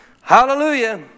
hallelujah